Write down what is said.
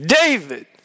David